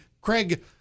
Craig